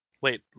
wait